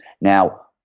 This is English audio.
Now